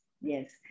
Yes